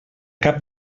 cap